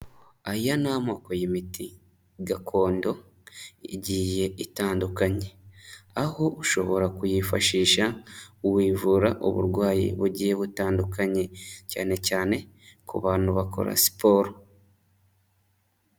Aya ni amoko y'imiti gakondo igiye itandukanye, aho ushobora kuyifashisha wivura uburwayi bugiye butandukanye cyane cyane ku bantu bakora siporo.